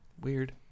weird